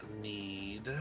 need